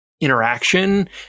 interaction